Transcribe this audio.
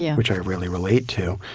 yeah which i really relate to,